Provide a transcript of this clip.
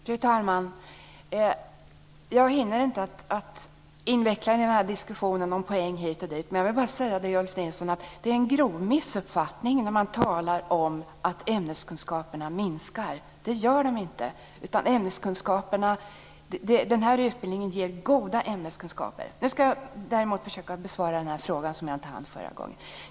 Fru talman! Jag hinner inte inveckla mig i en diskussion om poäng hit och dit, utan vill bara säga till Ulf Nilsson att talet om att ämneskunskaperna minskar ger uttryck för en grov missuppfattning. Det gör de inte. Den här utbildningen ger tvärtom goda ämneskunskaper. Sedan ska jag försöka besvara den fråga som jag inte hann med i förra inlägget.